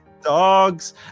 dogs